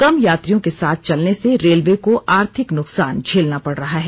कम यात्रियों के साथ चलने से रेलवे को आर्थिक नुकसान झेलना पड़ रहा है